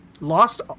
Lost